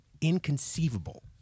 inconceivable